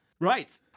Right